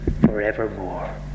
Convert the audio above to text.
forevermore